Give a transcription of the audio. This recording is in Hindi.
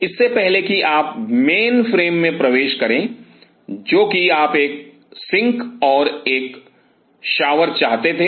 इससे पहले कि आप मेनफ्रेम में प्रवेश करें जो कि आप एक सिंक और एक शॉवर चाहते थे